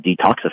detoxify